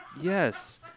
yes